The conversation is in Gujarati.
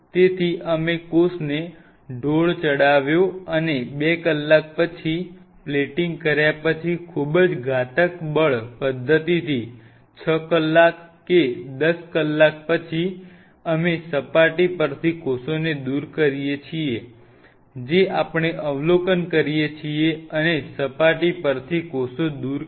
તેથી અમે કોષને ઢોળ ચડાવ્યો અને 2 કલાક પછી પ્લેટિંગ કર્યા પછી ખૂબ જ ઘાતક બળ પદ્ધતિથી 6 કલાક કે 10 કલાક પછી અમે સપાટી પરથી કોષને દૂર કરીએ છીએ જે આપણે અવલોકન કરીએ છીએ અને સપાટી પરથી કોષ દૂર કર્યા